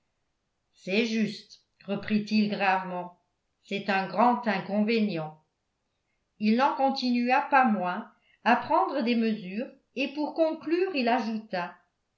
c'est juste reprit-il gravement c'est un grand inconvénient il n'en continua pas moins à prendre des mesures et pour conclure il ajouta